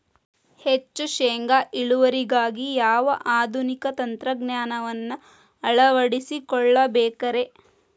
ಹೆಚ್ಚು ಶೇಂಗಾ ಇಳುವರಿಗಾಗಿ ಯಾವ ಆಧುನಿಕ ತಂತ್ರಜ್ಞಾನವನ್ನ ಅಳವಡಿಸಿಕೊಳ್ಳಬೇಕರೇ?